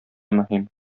мөһим